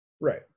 Right